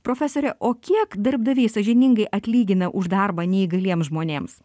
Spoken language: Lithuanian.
profesore o kiek darbdaviai sąžiningai atlygina už darbą neįgaliems žmonėms